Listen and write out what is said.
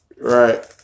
right